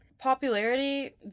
popularity